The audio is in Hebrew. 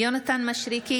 יונתן מישרקי,